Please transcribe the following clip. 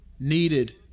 needed